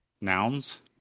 nouns